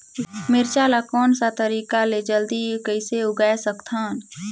मिरचा ला कोन सा तरीका ले जल्दी कइसे उगाय सकथन?